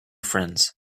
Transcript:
friends